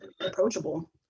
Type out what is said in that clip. approachable